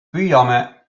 püüame